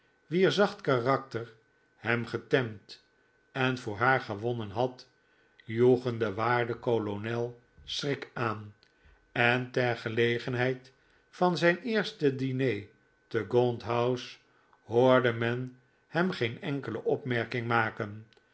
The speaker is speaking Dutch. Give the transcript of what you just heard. wier zacht karakter hem getemd en voor haar gewonnen had joegen den waarden kolonel scfarik aan en ter gelegenheid van zijn eerste diner te gaunt house hoorde men hem geen enkele opmerking maken